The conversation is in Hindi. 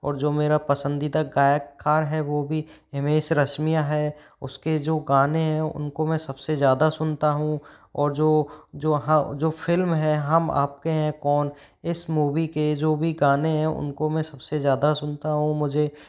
और जो मेरा पसंदीदा गायक है वो भी हिमेश रेशमिया है उस के जो गाने हैं उन को मैं सबसे ज़्यादा सुनता हूँ और जो जो हाँ जो फ़िल्म है हम आप के हैं कौन इस मूवी के जो भी गाने हैं उन को मैं सब से ज़्यादा सुनता हूँ मुझे